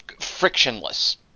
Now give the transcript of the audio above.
frictionless